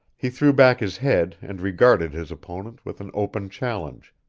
he threw back his head and regarded his opponent with an open challenge,